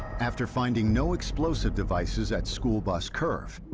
after finding no explosive devices at school bus curve,